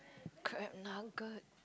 crab nugget